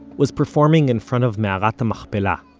was performing in front of me'arat ha'machpela,